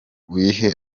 wihe